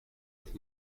with